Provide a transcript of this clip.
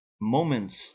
moments